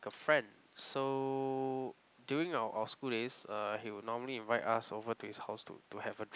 a friend so during our our school days uh he will normally invite us over to his house to to have a drink